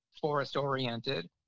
forest-oriented